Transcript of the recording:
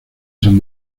sant